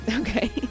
Okay